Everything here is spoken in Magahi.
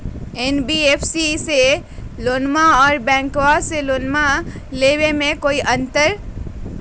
एन.बी.एफ.सी से लोनमा आर बैंकबा से लोनमा ले बे में कोइ अंतर?